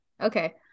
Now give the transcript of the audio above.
Okay